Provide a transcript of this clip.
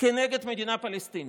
כנגד מדינה פלסטינית.